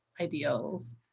ideals